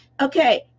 Okay